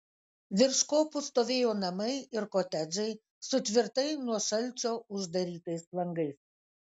virš kopų stovėjo namai ir kotedžai su tvirtai nuo šalčio uždarytais langais